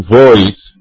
voice